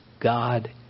God